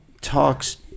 talks